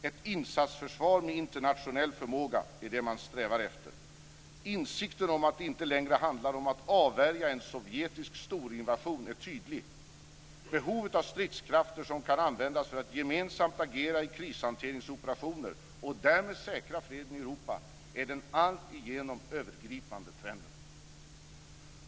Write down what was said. Ett insatsförsvar med internationell förmåga är det man strävar efter. Insikten om att det inte längre handlar om att avvärja en sovjetisk storinvasion är tydlig. Behovet av stridskrafter som kan användas för att gemensamt agera i krishanteringsoperationer och därmed säkra freden i Europa är den alltigenom övergripande trenden.